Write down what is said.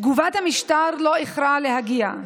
תגובת המשטר לא איחרה להגיע.